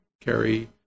carry